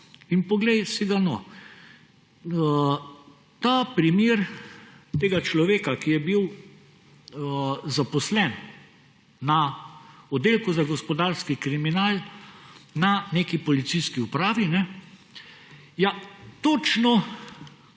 in poglej si ga, no, ta primer tega človeka, ki je bil zaposlen na oddelku za gospodarski kriminal na neki policijski upravi, točno